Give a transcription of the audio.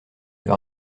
veut